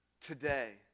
today